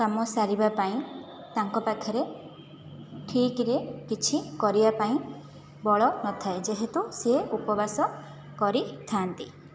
କାମ ସାରିବା ପାଇଁ ତାଙ୍କ ପାଖରେ ଠିକ୍ରେ କିଛି କରିବା ପାଇଁ ବଳ ନଥାଏ ଯେହେତୁ ସେ ଉପବାସ କରିଥାନ୍ତି